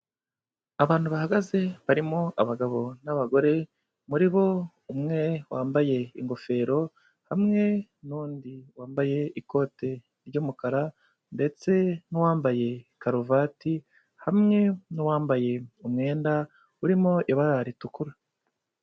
Abantu bahagaze barimo abagabo n'abagore, muri bo umwe wambaye ingofero, hamwe n'undi wambaye ikote ry'umukara, ndetse n'uwambaye karuvati hamwe n'uwambaye umwenda urimo ibara ritukura.